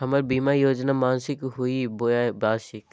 हमर बीमा योजना मासिक हई बोया वार्षिक?